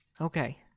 Okay